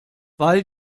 weil